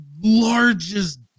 largest